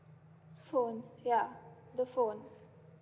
phone yeah the phone